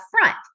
front